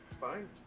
fine